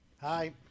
Hi